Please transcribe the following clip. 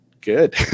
good